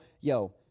yo